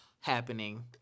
happening